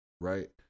right